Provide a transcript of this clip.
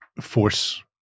force